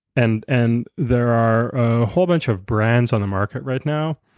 and and there are a whole bunch of brands on the market right now.